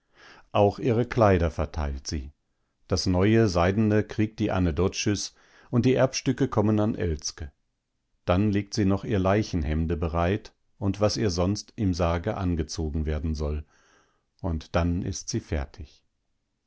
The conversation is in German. auch ihre kleider verteilt sie das neue seidene kriegt die ane doczys und die erbstücke kommen an elske dann legt sie noch ihr leichenhemde bereit und was ihr sonst im sarge angezogen werden soll und dann ist sie fertig